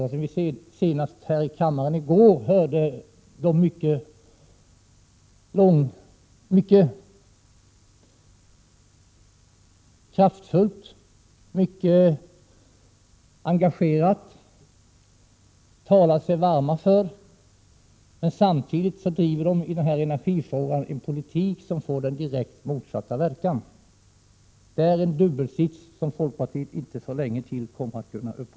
Senast i går hörde vi här i kammaren företrädare för folkpartiet tala kraftfullt och engagerat för denna miljöpolitik. Men samtidigt driver folkpartiet i den här energifrågan en politik som får direkt motsatt verkan. Det är en dubbelsits som folkpartiet inte kan fortsätta med så länge till.